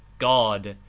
god,